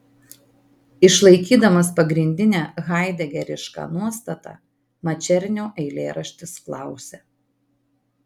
išlaikydamas pagrindinę haidegerišką nuostatą mačernio eilėraštis klausia